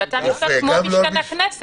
על בתי המשפט כמו על משכן הכנסת.